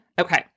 Okay